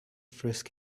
frisk